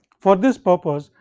for this purpose,